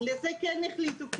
לזה כן החליטו,